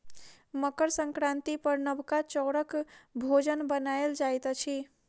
मकर संक्रांति पर नबका चौरक भोजन बनायल जाइत अछि